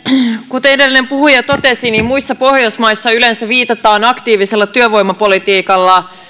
kuten edellinen puhuja totesi muissa pohjoismaissa yleensä viitataan aktiivisella työvoimapolitiikalla